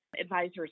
advisors